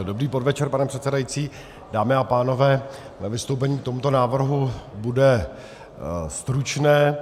Dobrý podvečer, pane předsedající, dámy a pánové, mé vystoupení k tomuto návrhu bude stručné.